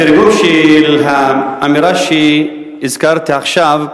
התרגום של האמירה שהזכרתי עכשיו: